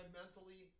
mentally